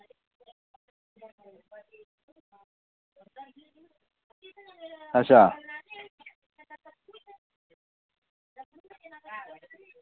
अच्छा